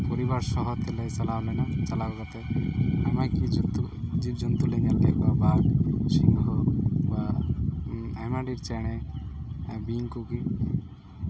ᱯᱚᱨᱤᱵᱟᱨ ᱥᱚᱦᱚ ᱛᱮᱞᱮ ᱪᱟᱞᱟᱣ ᱞᱮᱱᱟ ᱪᱟᱞᱟᱣ ᱠᱟᱛᱮ ᱟᱭᱢᱟ ᱠᱤᱪᱷᱩ ᱡᱩᱱᱛᱩ ᱡᱤᱵ ᱡᱩᱱᱛᱩ ᱞᱮ ᱧᱮᱞ ᱠᱮᱫ ᱠᱚᱣᱟ ᱵᱟᱜᱷ ᱥᱤᱝᱦᱚ ᱵᱟ ᱟᱭᱢᱟ ᱰᱷᱮᱨ ᱪᱮᱬᱮ ᱵᱤᱧ ᱠᱚᱜᱮ